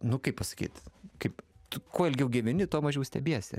nu kaip pasakyt kaip tu kuo ilgiau gyveni tuo mažiau stebiesi